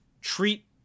treat